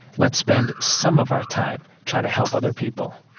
let's spend some of our time trying to help other people